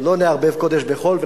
לא נערבב קודש בחול.